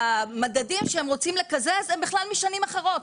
המדדים שהם רוצים לקזז הם בכלל משנים אחרות.